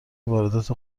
واردات